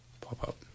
Pop-up